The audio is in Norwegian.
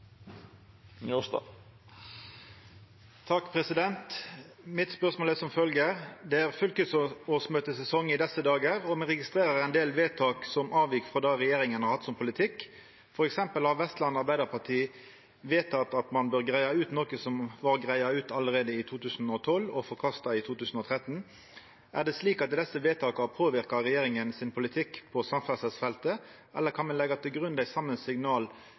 det regjeringa har hatt som politikk. For eksempel har Vestland Arbeidarparti vedtatt å greie ut noko som vart greidd ut i 2012 og forkasta i 2013. Er det slik at desse vedtaka påverkar regjeringa sin politikk på samferdslefeltet, eller kan me legge til grunn dei same